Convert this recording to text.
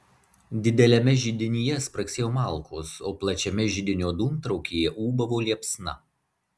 dideliame židinyje spragsėjo malkos o plačiame židinio dūmtraukyje ūbavo liepsna